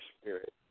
spirit